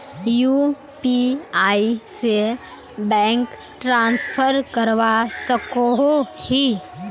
UPI से bank transfer करवा सकोहो ही?